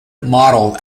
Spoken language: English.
modeled